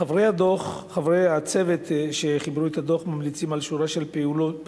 חברי הצוות שחיברו את הדוח ממליצים על שורה של פעולות